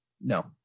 No